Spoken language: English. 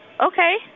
Okay